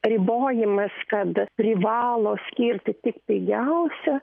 ribojimas kad privalo skirti tik pigiausią